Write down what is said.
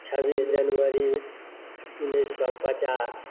छब्बीस जनवरी उन्नैस सए पचास